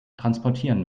transportieren